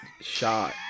shot